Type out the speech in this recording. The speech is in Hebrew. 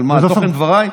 על מה, על תוכן דבריי?